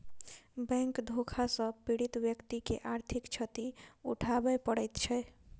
bank धोखा सॅ पीड़ित व्यक्ति के आर्थिक क्षति उठाबय पड़ैत छै